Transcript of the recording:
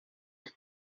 mae